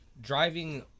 driving